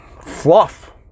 fluff